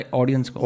audience